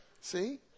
See